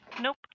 Nope